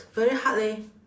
very hard leh